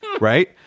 right